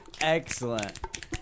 Excellent